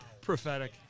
prophetic